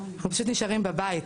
אנחנו פשוט נשארים בבית,